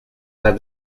that